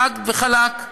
חד וחלק.